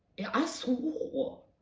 yeah, i swore